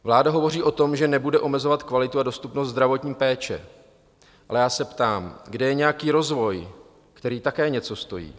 Vláda hovoří o tom, že nebude omezovat kvalitu a dostupnost zdravotní péče, ale já se ptám: Kde je nějaký rozvoj, který také něco stojí?